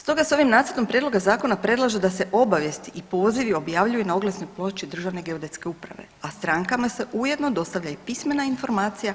Stoga s ovim nacrtom prijedloga zakona predlaže da se obavijesti i pozivi objavljuju na oglasnoj ploči Državne geodetske uprave, a strankama se ujedno dostavlja i pismena informacija